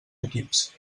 equips